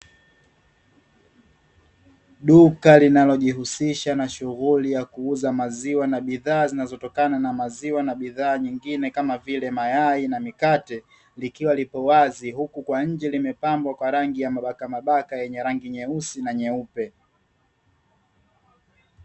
Duka linalojihusisha na shuguli ya kuuza maziwa na bidhaa zinazotokana na maziwa, na bidhaa nyingine kama vile mayai na mikate likiwa lipo wazi, huku kwa nje imepambwa kwa rangi ya mabakambaka ya rangi nyeusi na nyeupe.